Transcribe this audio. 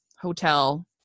hotel